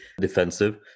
defensive